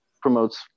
promotes